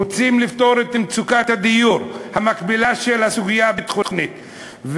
"רוצים לפתור את מצוקת הדיור" המקבילה של הסוגיה הביטחונית.